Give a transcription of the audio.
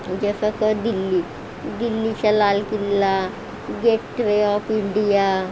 जसा का दिल्ली दिल्लीचा लाल किल्ला गेटवे ऑफ इंडिया